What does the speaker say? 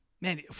Man